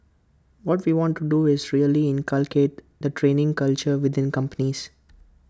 what we want to do is really inculcate the training culture within companies